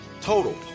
Total